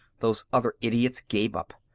those other idiots gave up.